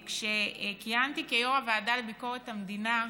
כשכיהנתי כיו"ר הוועדה לביקורת המדינה,